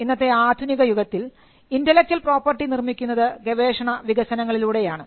ഇന്നത്തെ ആധുനിക യുഗത്തിൽ ഇന്റെലക്ച്വൽ പ്രോപ്പർട്ടി നിർമ്മിക്കുന്നത് ഗവേഷണ വികസനങ്ങളിലൂടെയാണ്